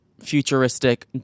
futuristic